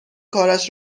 کارش